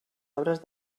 obres